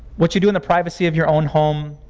what you do in the privacy of your own home?